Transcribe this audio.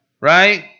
right